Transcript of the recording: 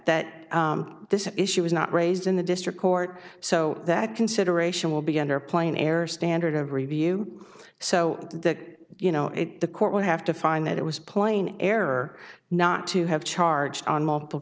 that this issue was not raised in the district court so that consideration will be under play an error standard of review so that you know the court would have to find that it was plain error not to have charge on multiple